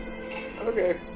Okay